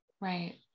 Right